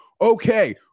Okay